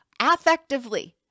Affectively